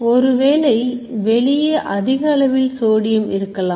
ஒருவேளை வெளியே அதிக அளவில் சோடியம் இருக்கலாம்